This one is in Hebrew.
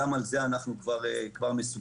גם על זה אנחנו כבר מסוכמים.